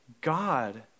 God